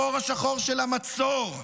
החור השחור של המצור,